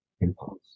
impulse